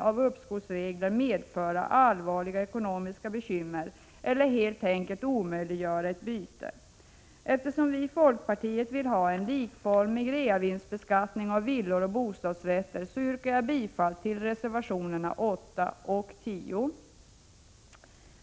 av uppskovsregler kan medföra allvarliga ekonomiska bekymmer eller helt enkelt omöjliggöra bostadsbyte för en barnfamilj som på grund av tillökning i familjen vill byta från en mindre till en större bostad. Eftersom vi i folkpartiet vill ha en likformig reavinstsbeskattning av villor och bostadsrätter, yrkar jag bifall till reservationerna 8 och 10.